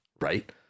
right